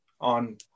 on